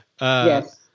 yes